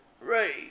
Right